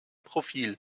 profil